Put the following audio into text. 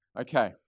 Okay